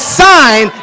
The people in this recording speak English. sign